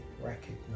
recognize